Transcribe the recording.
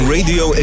Radio